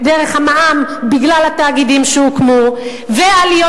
דרך המע"מ בגלל התאגידים שהוקמו ועליות